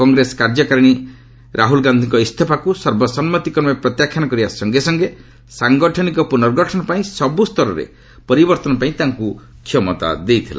କଂଗ୍ରେସ କାର୍ଯ୍ୟକାରିଣୀ ରାହ୍ରଲ ଗାନ୍ଧିଙ୍କ ଇସ୍ତଫାପତ୍ରକୁ ସର୍ବସମ୍ମତିକ୍ରମେ ପ୍ରତ୍ୟାଖ୍ୟାନ କରିବା ସଙ୍ଗେ ସଙ୍ଗେ ସାଙ୍ଗଠନିକ ପ୍ରନର୍ଗଠନ ପାଇଁ ସବ୍ର ସ୍ତରରେ ସାଙ୍ଗଠନିକ ପରିବର୍ତ୍ତନପାଇଁ ତାଙ୍କ କ୍ଷମତା ଦେଇଥିଲା